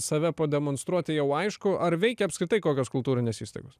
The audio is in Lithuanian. save pademonstruoti jau aišku ar veikia apskritai kokios kultūrinės įstaigos